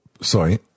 sorry